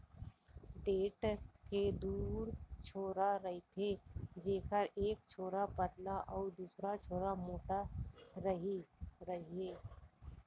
टेंड़ा के दू छोर राहय जेखर एक छोर पातर अउ दूसर छोर मोंठ राहय